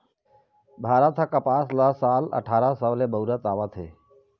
भारत ह कपसा ल साल अठारा सव ले बउरत आवत हे